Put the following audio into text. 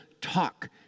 talk